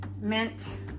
mint